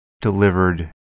delivered